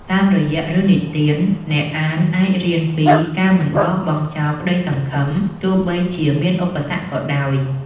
តាមរយៈរឿងនិទាន អ្នកអានអាចរៀនពីការមិនបោះបង់ចោលក្តីសង្ឃឹម ទោះបីជាមានឧបសគ្គក៏ដោយ។